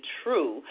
true